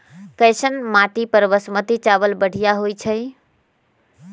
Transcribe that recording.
कैसन माटी पर बासमती चावल बढ़िया होई छई?